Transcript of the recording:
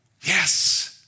Yes